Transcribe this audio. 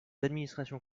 administrations